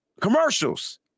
Commercials